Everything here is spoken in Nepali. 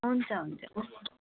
हुन्छ हुन्छ